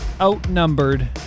outnumbered